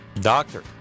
Doctor